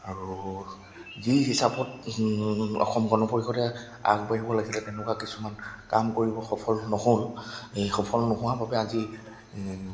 আৰু যি হিচাপত অসম গণ পৰিষদে আগবাঢ়িব লাগিছিলে তেনেকুৱা কিছুমান কাম কৰিব সফল নহ'ল এই সফল নোহোৱাৰ বাবে আজি